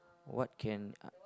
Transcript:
what can I